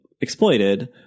exploited